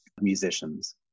musicians